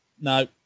No